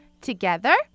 Together